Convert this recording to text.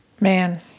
man